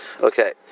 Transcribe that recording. Okay